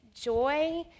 joy